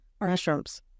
Mushrooms